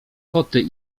koty